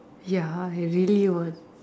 ya I really want